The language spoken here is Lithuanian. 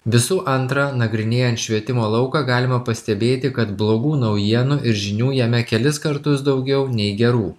visų antra nagrinėjant švietimo lauką galima pastebėti kad blogų naujienų ir žinių jame kelis kartus daugiau nei gerų